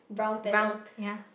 brown ya